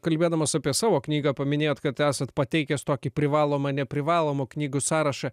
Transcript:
kalbėdamas apie savo knygą paminėjot kad esat pateikęs tokį privalomą neprivalomų knygų sąrašą